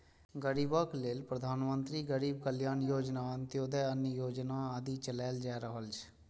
गरीबक लेल प्रधानमंत्री गरीब कल्याण योजना, अंत्योदय अन्न योजना आदि चलाएल जा रहल छै